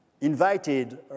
invited